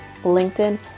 LinkedIn